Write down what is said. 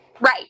Right